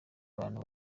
abantu